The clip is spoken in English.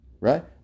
right